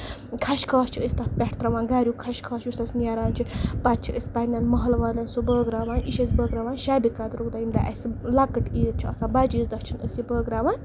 کھشکھاش چھِ أسۍ تَتھ پٮ۪ٮ۪ٹھٕ تراوان گریُک کھشکھاش یُس آسہِ نیران چھُ پَتہٕ چھِ أسۍ پَنٕنین محلہٕ والین سُہ بٲگراوان یہِ چھِ أسۍ بٲگراوان شَب قدرُک دۄہ ییٚمہِ دۄہ اَسہِ لۄکٔٹ عیٖد چھےٚ آسان بَجہِ عیٖز دۄہ چھِ نہٕ أسۍ یہِ بٲگراوان